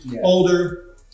older